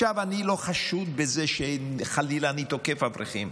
עכשיו, אני לא חשוד בזה שחלילה אני תוקף אברכים.